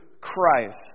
Christ